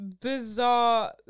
bizarre